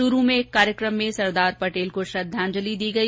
चूरू में एक कार्यक्रम में सरदार पटेल को श्रद्वांजलि दी गई